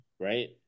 Right